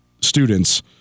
students